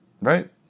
Right